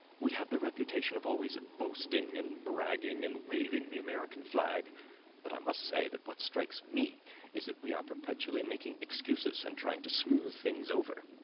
we have the reputation of always boasting and bragging and waving the american flag but i must say that what strikes me is that we are perpetually making excuses and trying to smooth things over.